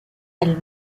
del